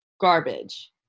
garbage